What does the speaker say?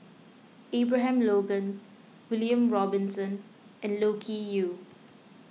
Abraham Logan William Robinson and Loke Yew